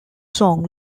song